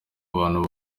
abantu